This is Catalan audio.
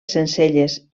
sencelles